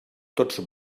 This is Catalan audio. tots